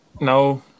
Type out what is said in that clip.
No